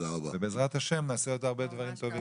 ובעזרת השם נעשה עוד הרבה דברים טובים.